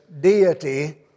deity